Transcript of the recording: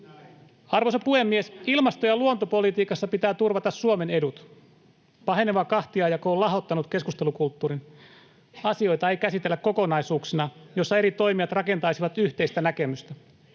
Arvoisa puhemies! Ilmasto- ja luontopolitiikassa pitää turvata Suomen edut. Paheneva kahtiajako on lahottanut keskustelukulttuurin. Asioita ei käsitellä kokonaisuuksina, joissa eri toimijat rakentaisivat yhteistä näkemystä.